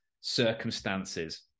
circumstances